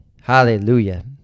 Hallelujah